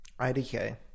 idk